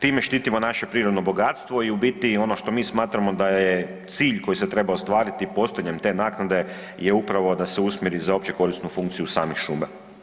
Time štitimo naše prirodno bogatstvo i u biti ono što mi smatramo da je cilj koji se treba ostvariti postojanjem te naknade je upravo da se usmjeri za opće korisnu funkciju samih šuma.